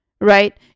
right